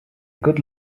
good